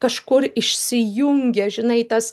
kažkur išsijungia žinai tas